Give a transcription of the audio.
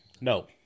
No